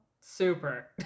super